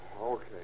Okay